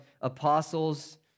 apostles